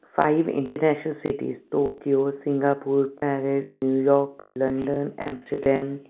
five international cities Tokyo Singapore Paris New York London Amsterdam